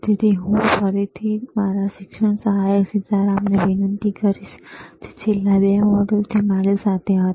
તેથી હું ફરીથી મારા શિક્ષણ સહાયક સીતારામને વિનંતી કરીશ જે છેલ્લા 2 મોડ્યુલથી પણ મારી સાથે હતા